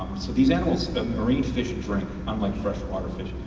so these animals are. yeah fish and drink, unlike fresh water fish,